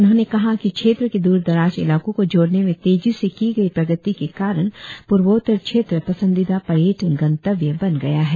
उन्होंने कहा कि क्षेत्र के दूर दराज इलाको को जोड़ने में तेजी से की गई प्रगति के कारण पूर्वोत्तर क्षेत्र पसंदिदा पर्यटन गंतव्य बन गया है